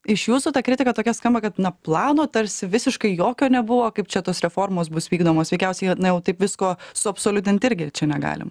iš jūsų ta kritika tokia skamba kad na plano tarsi visiškai jokio nebuvo kaip čia tos reformos bus vykdomos veikiausiai na jau taip visko suabsoliutint irgi čia negalim